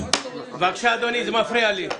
בבקשה אדוני, זה מפריע לי.